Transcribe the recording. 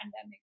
pandemic